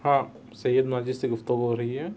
ہاں سید ماجد سے گفتگو ہو رہی ہے